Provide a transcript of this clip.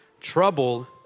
trouble